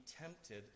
tempted